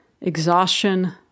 exhaustion